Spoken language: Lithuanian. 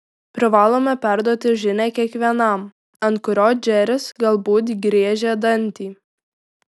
privalome perduoti žinią kiekvienam ant kurio džeris galbūt griežia dantį